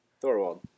Thorwald